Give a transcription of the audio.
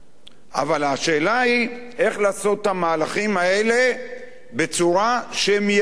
אבל השאלה היא איך לעשות את המהלכים האלה בצורה שהם יצליחו.